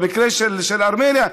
במקרה של ארמניה,